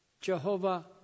Jehovah